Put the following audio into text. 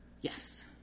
Yes